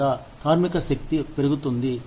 లేదా కార్మిక శక్తి పెరుగుతుంది